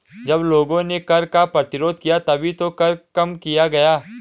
जब लोगों ने कर का प्रतिरोध किया तभी तो कर कम किया गया